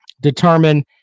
determine